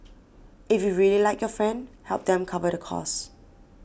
if you really like your friend help them cover the cost